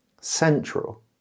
central